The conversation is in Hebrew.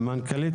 והרגשות,